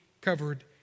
covered